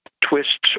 twists